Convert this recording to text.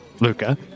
Luca